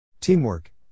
Teamwork